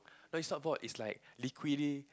no it's not ball it's like liquidy